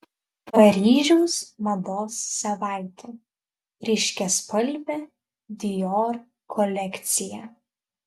paryžiaus mados savaitė ryškiaspalvė dior kolekcija